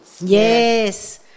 Yes